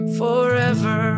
forever